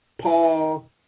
Paul